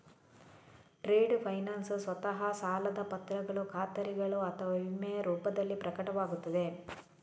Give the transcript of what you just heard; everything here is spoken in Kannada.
ಟ್ರೇಡ್ ಫೈನಾನ್ಸ್ ಸ್ವತಃ ಸಾಲದ ಪತ್ರಗಳು ಖಾತರಿಗಳು ಅಥವಾ ವಿಮೆಯ ರೂಪದಲ್ಲಿ ಪ್ರಕಟವಾಗುತ್ತದೆ